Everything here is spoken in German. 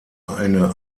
eine